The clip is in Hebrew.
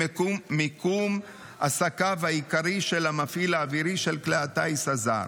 מקום עסקיו העיקרי של המפעיל האווירי של כלי הטיס הזר,